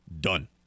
done